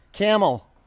Camel